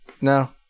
No